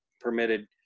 permitted